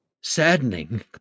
saddening